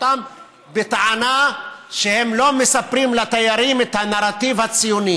אותם בטענה שהם לא מספרים לתיירים את הנרטיב הציוני